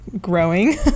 growing